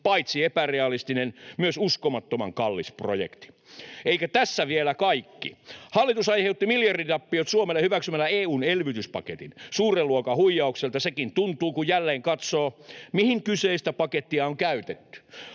paitsi epärealistinen myös uskomattoman kallis projekti. Eikä tässä vielä kaikki. Hallitus aiheutti miljarditappiot Suomelle hyväksymällä EU:n elvytyspaketin. Suuren luokan huijaukselta sekin tuntuu, kun jälleen katsoo, mihin kyseistä pakettia on käytetty.